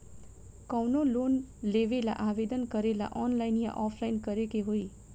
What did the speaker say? कवनो लोन लेवेंला आवेदन करेला आनलाइन या ऑफलाइन करे के होई?